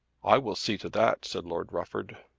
i will see to that, said lord rufford.